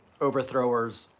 overthrowers